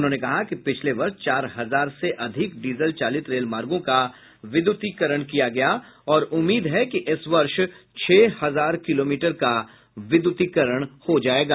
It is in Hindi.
उन्होंने कहा कि पिछले वर्ष चार हजार से अधिक डीजल चालित रेल मार्गों का विद्युतीकरण किया गया और उम्मीद है कि इस वर्ष छह हजार किलोमीटर का विद्युतीकरण हो जाएगा